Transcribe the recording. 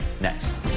next